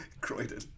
Croydon